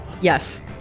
Yes